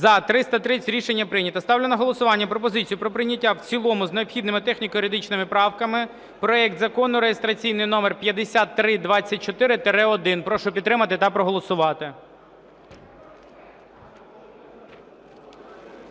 За-330 Рішення прийнято. Ставлю на голосування пропозицію про прийняття в цілому з необхідними техніко-юридичними правками проект Закону (реєстраційний номер 5324-1). Прошу підтримати та проголосувати.